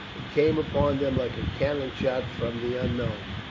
it came upon them like a cannon shot from the unknown.